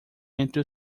entre